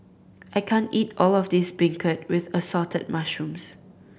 I can't eat all of this beancurd with Assorted Mushrooms